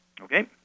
Okay